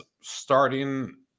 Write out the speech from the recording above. starting